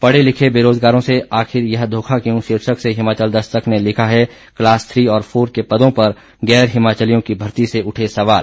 पढ़े लिखे बेरोजगारों से आखिर यह धोखा क्यों शीर्षक से हिमाचल दस्तक ने लिखा है क्लास थ्री और फोर के पदों पर गैर हिमाचलियों की भर्ती से उठे सवाल